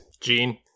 gene